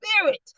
spirit